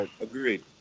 Agreed